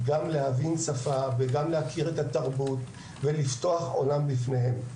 גם להבין שפה וגם להכיר את התרבות ולפתוח עולם בפניהם.